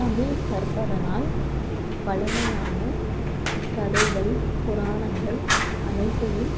தமிழ் கற்பதனால் பழமையான கதைகள் புராணங்கள் அனைத்தையும்